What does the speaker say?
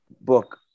book